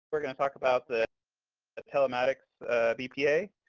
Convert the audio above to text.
we're going to talk about the telematics bpa